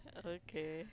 okay